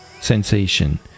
sensation